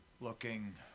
Looking